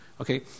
okay